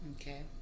okay